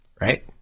Right